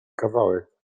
kawałek